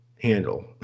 handle